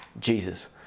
Jesus